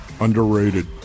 Underrated